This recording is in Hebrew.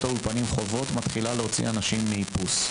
האולפנים חוות מתחילה להוציא אנשים מאיפוס.